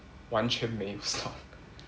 完全没有 slot